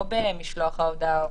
לא במשלוח ההודעה.